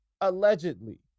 allegedly